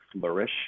flourish